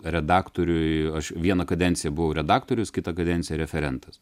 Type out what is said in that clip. redaktoriui aš vieną kadenciją buvau redaktorius kitą kadenciją referentas